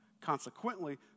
consequently